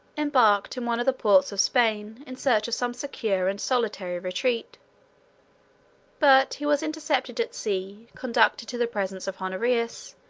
embarked in one of the ports of spain, in search of some secure and solitary retreat but he was intercepted at sea, conducted to the presence of honorius,